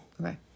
Okay